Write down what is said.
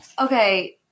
Okay